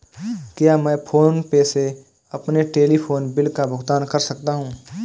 क्या मैं फोन पे से अपने टेलीफोन बिल का भुगतान कर सकता हूँ?